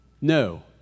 No